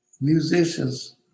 musicians